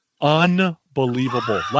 Unbelievable